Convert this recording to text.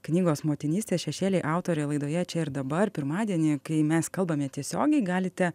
knygos motinystės šešėliai autorė laidoje čia ir dabar pirmadienį kai mes kalbame tiesiogiai galite